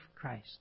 Christ